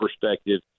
perspective